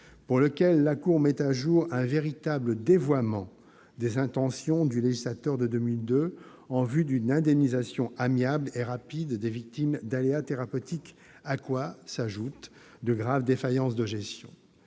pour lequel la Cour met à jour un véritable dévoiement des intentions du législateur de 2002 en vue d'une indemnisation amiable et rapide des victimes d'aléas thérapeutiques, à quoi s'ajoutent de graves défaillances de gestion.